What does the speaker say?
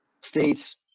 states